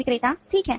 विक्रेता ठीक है